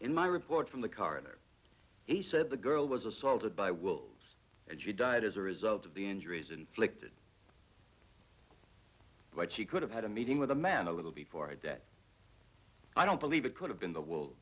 in my report from the carter he said the girl was assaulted by wolves and she died as a result of the injuries inflicted but she could have had a meeting with a man a little before death i don't believe it could have been the w